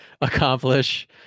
accomplish